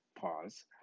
pause